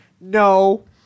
no